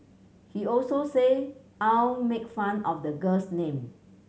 he also said Ao make fun of the girl's name